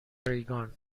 ریگان